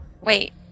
Wait